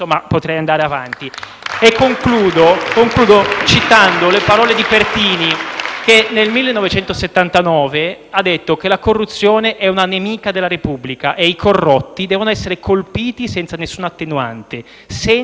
Concludo citando le parole pronunciate da Pertini nel 1979: «La corruzione è una nemica della Repubblica. E i corrotti devono essere colpiti senza nessuna attenuante, senza nessuna pietà.